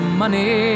money